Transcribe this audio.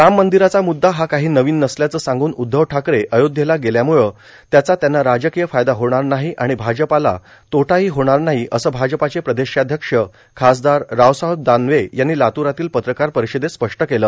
राम मंदिराचा मुद्दा हा कांहा नावन नसल्याच सांगुन उध्दव ठाकरे अयोध्याला गेल्यामुळ त्याचा त्यांना राजकांय फायदा होणार नाहां आर्गण भाजपाला तोटाहां होणार नाहां असं भाजपाचे प्रदेशाध्यक्ष खासदार रावसाहेब दानवे यांनी लातूरातील पत्रकार पर्यारषदेत स्पष्ट केल